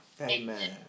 Amen